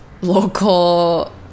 local